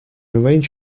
arrange